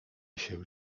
się